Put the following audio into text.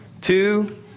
two